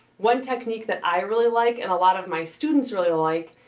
one technique that i really like and a lot of my students really like,